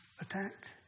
attacked